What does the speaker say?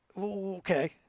Okay